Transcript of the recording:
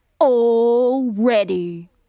already